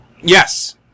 Yes